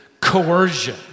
coercion